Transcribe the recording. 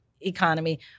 economy